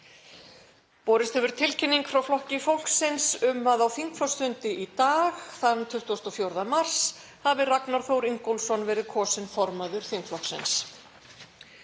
Borist hefur tilkynning frá þingflokki Flokks fólksins um að á þingflokksfundi í dag, þann 24. mars, hafi Ragnar Þór Ingólfsson verið kosinn formaður þingflokksins.